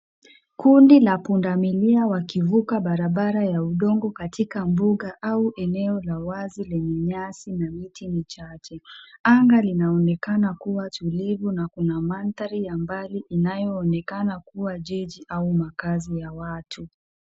Kundi la pundamilia wakivuka barabara ya udongo katika mbuga au eneo la wazi lenye nyasi na miti michache. Anga linaonekana kuwa tulivu na kuna mandhari ya mbali inayoonekana kuwa jiji au makazi ya watu.